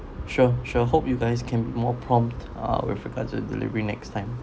sure sure hope you guys can more prompt uh with regards to delivery next time